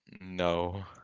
no